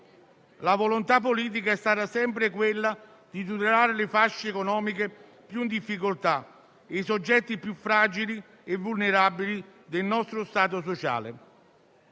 La volontà politica è stata sempre quella di tutelare le fasce economiche più in difficoltà e i soggetti più fragili e vulnerabili del nostro stato sociale.